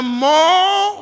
more